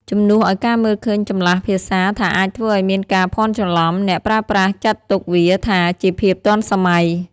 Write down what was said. ជំនួសឱ្យការមើលឃើញចម្លាស់ភាសាថាអាចធ្វើឱ្យមានការភ័ន្តច្រឡំ អ្នកប្រើប្រាស់ចាត់ទុកវាថាជាភាពទាន់សម័យ។